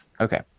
Okay